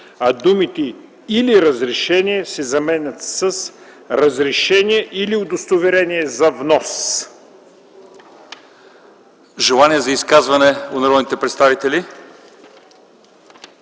а думите „или разрешение” се заменят с „разрешение или удостоверение за внос”.”